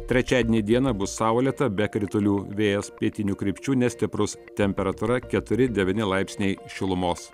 trečiadienį dieną bus saulėta be kritulių vėjas pietinių krypčių nestiprus temperatūra keturi devyni laipsniai šilumos